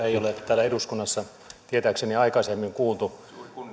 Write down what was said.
ei ole täällä eduskunnassa tietääkseni aikaisemmin kuultu